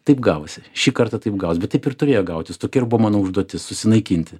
taip gavosi šį kartą taip gavosi bet taip ir turėjo gautis tokia ir buvo mano užduotis susinaikinti